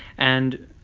and